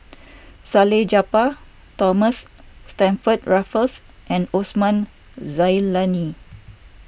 Salleh Japar Thomas Stamford Raffles and Osman Zailani